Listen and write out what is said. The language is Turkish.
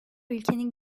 ülkenin